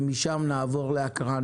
ומשם נעבור להקראה.